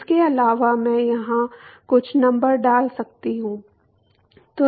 इसके अलावा मैं यहां कुछ नंबर डाल सकता हूं